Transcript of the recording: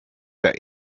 der